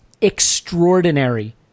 extraordinary